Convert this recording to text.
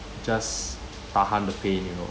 just tahan the pain you know